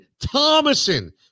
Thomason